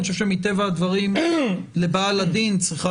אני חושב שמטבע הדברים לבעל הדין צריכה